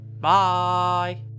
Bye